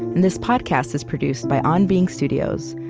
this podcast is produced by on being studios,